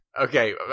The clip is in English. Okay